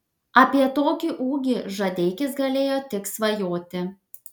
apie tokį ūgį žadeikis galėjo tik svajoti